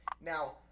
Now